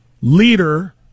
leader